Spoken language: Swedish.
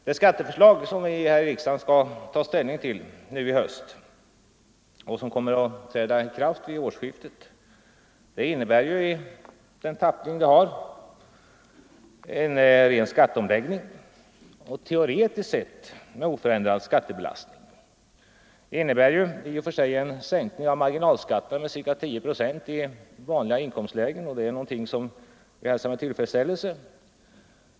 Det skatteförslag som riksdagen i höst skall ta ställning till och som kommer att träda i kraft vid årsskiftet innebär i regeringens tappning en ren skatteomläggning, teoretiskt sett med oförändrad skattebelastning. Det innebär i och för sig en sänkning av marginalskatten med ca 10 procent i vanliga inkomstlägen, och det hälsar vi med tillfredsställelse.